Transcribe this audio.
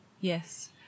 Yes